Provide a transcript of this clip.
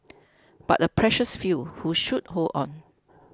but a precious few who should hold on